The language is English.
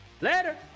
Later